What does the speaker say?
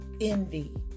envy